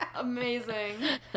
Amazing